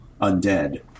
undead